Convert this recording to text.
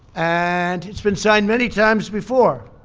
and it's been signed many times before.